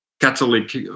Catholic